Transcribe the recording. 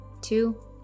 two